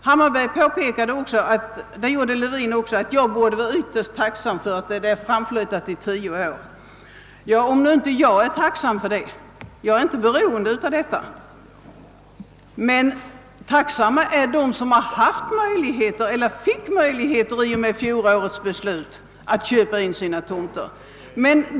Både herr Hammarberg och herr Levin påpekade att jag borde vara ytterst tacksam för att tidpunkten framflyttats 10 år. Om nu inte jag är tacksam för detta — jag är inte beroende av det — är åtminstone de tacksamma, som i och med fjolårets beslut fick möjlighet att köpa in sina tomter.